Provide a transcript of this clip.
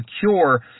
secure